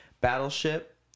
battleship